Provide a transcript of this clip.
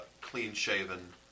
clean-shaven